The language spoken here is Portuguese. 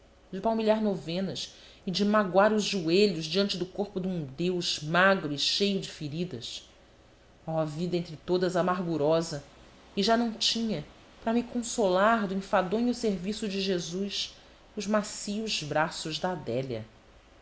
de palmilhar novenas e de magoar os joelhos diante do corpo de um deus magro e cheio de feridas oh vida entre todas amargurosa e já não tinha para me consolar do enfadonho serviço de jesus os macios braços da adélia